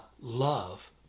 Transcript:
love